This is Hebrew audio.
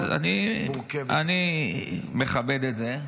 אז אני מכבד את זה,